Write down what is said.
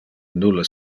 nulle